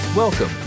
Welcome